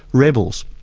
rebels.